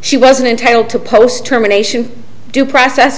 she wasn't entitled to post terminations due process